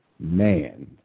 man